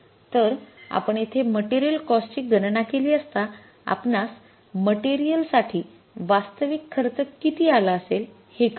तर आपण येथे मटेरियल कॉस्ट ची गणना केली असता आपणास मटेरियल साठी वास्तविक खर्च किती आला असेल हे कळेल